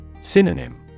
Synonym